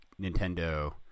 Nintendo